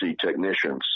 technicians